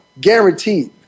guaranteed